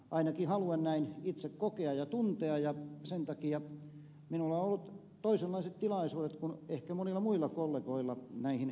ainakin haluan näin itse kokea ja tuntea ja sen takia minulla on ollut toisenlaiset tilaisuudet kuin ehkä monilla muilla kollegoilla näihin kohtaamisiin